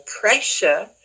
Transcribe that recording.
pressure